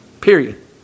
Period